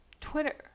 Twitter